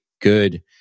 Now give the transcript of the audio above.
good